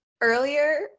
earlier